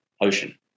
ocean